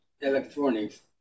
electronics